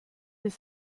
des